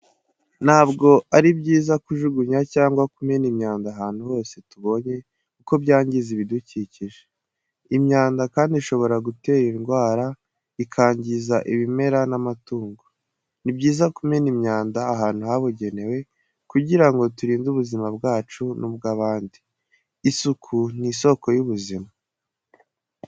Ntabwo ari byiza kujugunya cyangwa kumena imyanda ahantu hose tubonye kuko byangiza ibidukikije. Imyanda kandi ishobora gutera indwara, ikangiza ibimera n'amatungo. Ni byiza kumena imyanda ahantu habugenewe kugira ngo turinde ubuzima bwacu n'ubw'abandi, isuku ni isoko y'ubuzima.